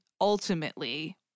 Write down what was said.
ultimately